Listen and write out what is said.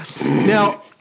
Now